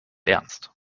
ernst